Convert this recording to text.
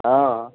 हाँ